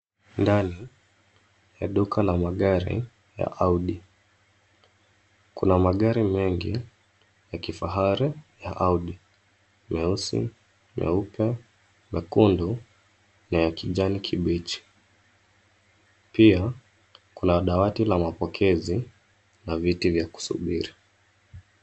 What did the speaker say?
Ndani ya duka la magari ,ya Audi. Kuna magari mengi ya kifahari ya Audi , meusi, meupe, mekundu na ya kijani kibichi. Pia, kuna dawati la mapokezi na viti vya kusubiri.